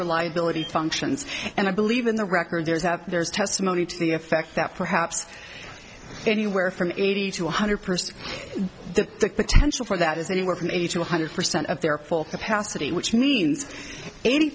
reliability functions and i believe in the record there is have theirs yes money to the effect that perhaps anywhere from eighty to one hundred percent the potential for that is anywhere from eighty to one hundred percent of their full capacity which means eighty